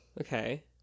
okay